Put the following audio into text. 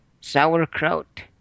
sauerkraut